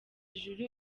ijuru